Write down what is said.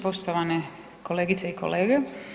Poštovane kolegice i kolege.